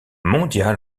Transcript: mondial